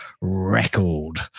record